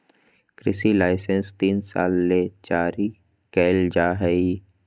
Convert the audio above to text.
कृषि लाइसेंस तीन साल ले जारी कइल जा हइ